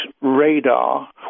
radar